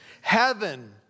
Heaven